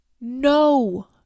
no